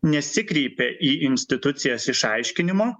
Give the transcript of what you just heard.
nesikreipė į institucijas išaiškinimo